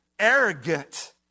arrogant